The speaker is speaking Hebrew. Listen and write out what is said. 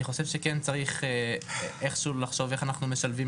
אני חושב שכן צריך איכשהו לחשוב איך אנחנו משלבים